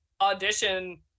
audition